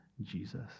jesus